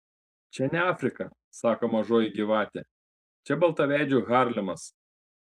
čia ne afrika sako mažoji gyvatė čia baltaveidžių harlemas